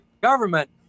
government